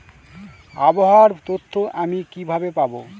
আবহাওয়ার তথ্য আমি কিভাবে পাবো?